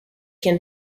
can